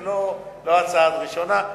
זו לא הצעה ראשונה,